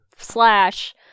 Slash